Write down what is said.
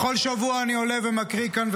בכל שבוע אני עולה ומקריא כאן,